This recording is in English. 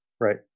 right